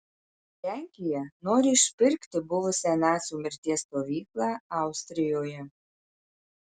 lenkija nori išpirkti buvusią nacių mirties stovyklą austrijoje